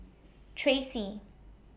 Tracee